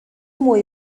mwy